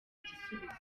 igisubizo